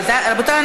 רבותיי,